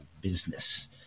business